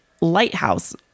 lighthouse